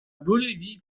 bolivie